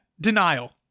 denial